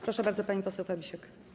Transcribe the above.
Proszę bardzo, pani poseł Fabisiak.